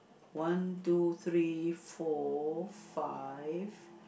one two three four five